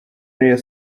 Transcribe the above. rayon